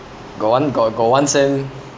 got one got got one sem